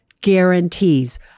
guarantees